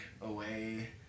away